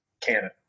canon